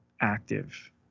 active